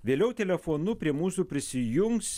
vėliau telefonu prie mūsų prisijungs